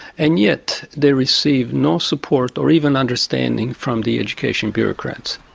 and yet they receive no support, or even understanding from the education bureaucrats.